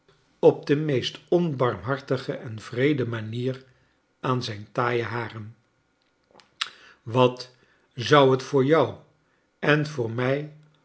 op de meest onbarmkleine dorrit hartige en wreee manier aan zijn taaie haren wat zou het voor jou en voor mij